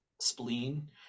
spleen